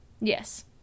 Yes